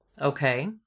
Okay